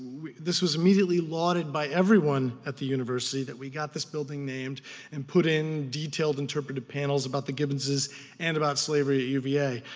this was immediately lauded by everyone at the university that we got this building named and put in detailed interpretive panels about the gibbons and about slavery at uva,